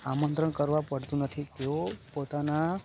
આમંત્રણ કરવા પડતું નથી તેઓ પોતાના